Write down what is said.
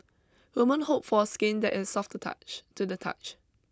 women hope for skin that is soft to touch to the touch